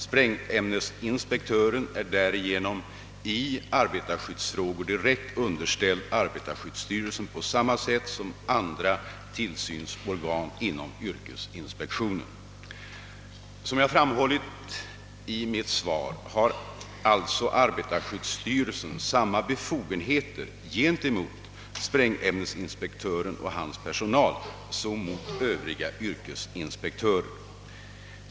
Sprängämnesinspektören är därigenom i arbetarskyddsfrågor direkt underställd = arbetarskyddsstyrelsen på samma sätt som andra tillsynsorgan inom yrkesinspektionen. Som jag framhållit i mitt svar har alltså arbetarskyddsstyrelsen samma befogenheter gentemot sprängämnesinspektören och hans personal som mot övriga yrkesinspektörer.